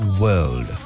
world